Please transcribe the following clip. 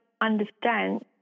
understand